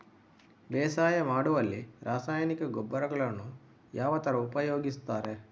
ಬೇಸಾಯ ಮಾಡುವಲ್ಲಿ ರಾಸಾಯನಿಕ ಗೊಬ್ಬರಗಳನ್ನು ಯಾವ ತರ ಉಪಯೋಗಿಸುತ್ತಾರೆ?